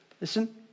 Listen